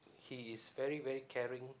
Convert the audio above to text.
he is very very caring